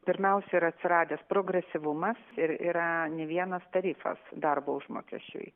pirmiausia yra atsiradęs progresyvumas ir yra ne vienas tarifas darbo užmokesčiui